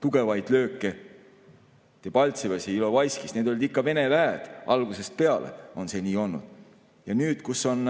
tugevaid lööke Debaltseves ja Ilovaiskis. Need olid ikka Vene väed, algusest peale on see nii olnud. Ja nüüd, kui on